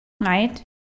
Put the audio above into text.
right